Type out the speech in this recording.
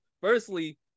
Firstly